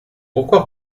pourquoi